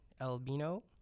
Albino